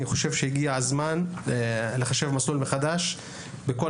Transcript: אני חושב שהגיע הזמן לחשב מסלול מחדש בכל